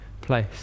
place